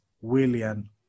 William